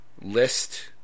list